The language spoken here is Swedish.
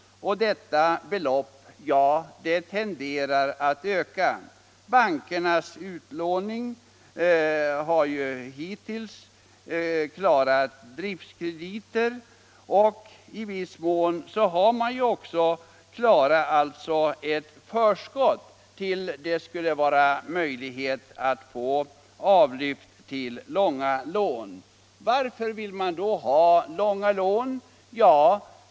Och det beloppet tenderar att öka. Bankerna har hittills klarat utlåning till driftkrediter och i viss mån förskott tills det blivit möjligt att placera om krediterna till långa lån. Varför vill man då ha långa lån?